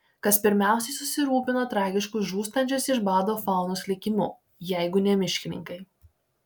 kas pirmiausiai susirūpino tragišku žūstančios iš bado faunos likimu jeigu ne miškininkai